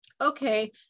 okay